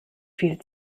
viel